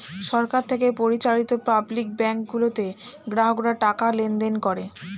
সরকার থেকে পরিচালিত public bank গুলোতে গ্রাহকরা টাকা লেনদেন করে